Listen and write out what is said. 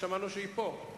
היה צריך לראות את השר פואד